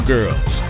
Girls